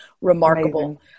remarkable